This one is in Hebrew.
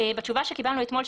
בתשובה שקיבלנו אתמול,